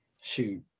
Shoot